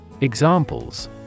Examples